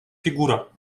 фигура